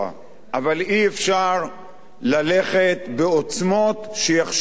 אבל אי-אפשר ללכת בעוצמות שיכשילו אותה.